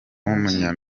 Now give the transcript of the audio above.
w’umunya